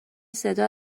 صدا